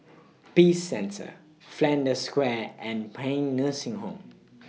Peace Centre Flanders Square and Paean Nursing Home